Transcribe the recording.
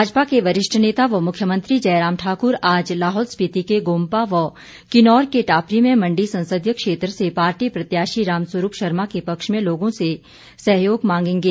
भाजपा के वरिष्ठ नेता व मुख्यमंत्री जयराम ठाकुर आज लाहौल स्पीति के गोंपा व किन्नौर के टापरी में मंडी संसदीय क्षेत्र से पार्टी प्रत्याशी रामस्वरूप शर्मा के पक्ष में लोगों से सहयोग मांगेगे